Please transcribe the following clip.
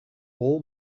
all